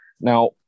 Now